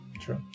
True